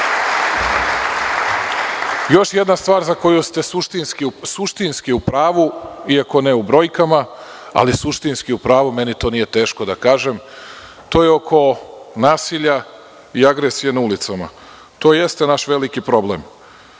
jedna stvar za koju ste suštinski u pravu, iako ne u brojkama, meni to nije teško da kažem, to je oko nasilja i agresije na ulicama. To jeste naš veliki problem.